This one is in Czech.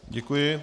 Děkuji.